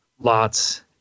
lots